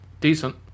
decent